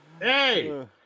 Hey